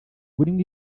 burimo